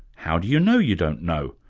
how do you know you don't know?